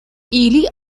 ili